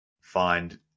find